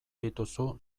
dituzu